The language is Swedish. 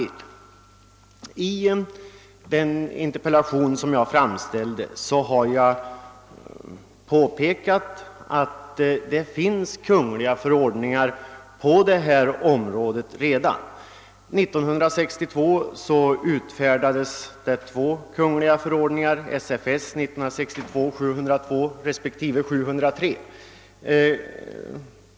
I min interpellation har jag framhållit att vi redan har kungl. förord ningar på detta område. År 1962 utfärdades sålunda två sådana förordningar, SFS 1962:702 och 703.